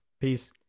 peace